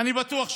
אני בטוח שלא,